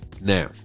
now